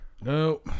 No